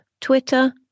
Twitter